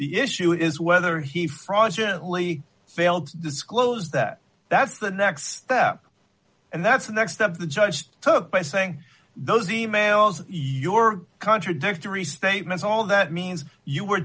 the issue is whether he fraud gently failed to disclose that that's the next step and that's the next step the judge took by saying those e mails your contradictory statements all that means you